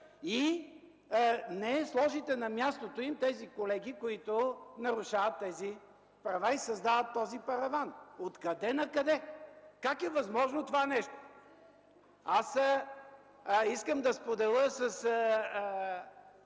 и не сложите на мястото им тези колеги, които нарушават тези права, и създават този параван. Откъде накъде? Как е възможно това нещо? Искам да споделя с